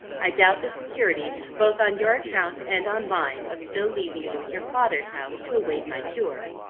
i doubt the security, both on your account, and on mine, of still leaving you at your father's house, to await my cure.